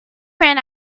ran